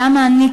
למה אני,